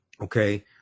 okay